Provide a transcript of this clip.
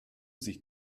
sich